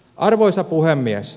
arvoisa puhemies